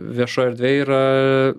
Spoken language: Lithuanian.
viešoj erdvėj yra